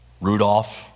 Rudolph